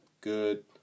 good